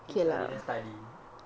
cause I didn't study